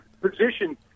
position